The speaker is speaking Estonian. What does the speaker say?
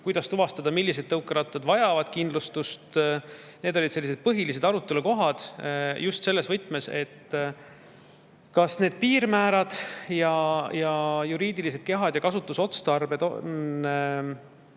kuidas tuvastada, millised tõukerattad vajavad kindlustust – need olid põhilised arutelukohad, just selles võtmes, kas need piirmäärad ja juriidilised kehad ja kasutusotstarbed on